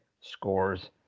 scores